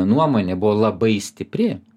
nuomonė buvo labai stipri